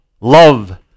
love